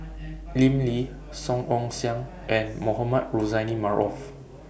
Lim Lee Song Ong Siang and Mohamed Rozani Maarof